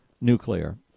nuclear